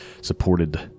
supported